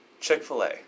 Chick-fil-A